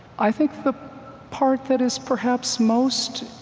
i think the part that is perhaps most